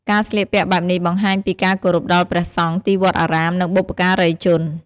ការស្លៀកពាក់បែបនេះបង្ហាញពីការគោរពដល់ព្រះសង្ឃ ទីវត្តអារាម និងបុព្វការីជន។